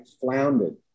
floundered